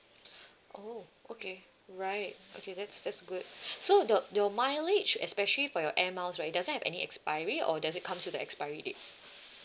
oh okay right okay that's that's good so your your mileage especially for your air miles right does it have any expiry or does it comes with the expiry date